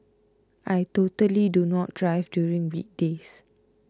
I totally do not drive during weekdays